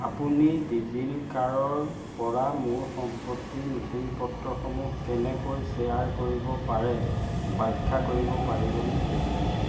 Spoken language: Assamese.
আপুনি ডিজিলকাৰৰপৰা মোৰ সম্পত্তিৰ নথিপত্ৰসমূহ কেনেকৈ শ্বেয়াৰ কৰিব পাৰে ব্যাখ্যা কৰিব পাৰিবনে